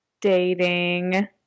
dating